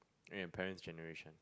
and your parents' generation